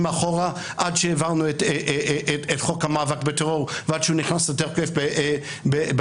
אחורה עד שהעברנו את חוק המאבק בטרור ועד שהוא נכנס לתוקף ב-2016,